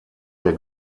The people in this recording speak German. der